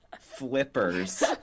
flippers